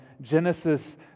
Genesis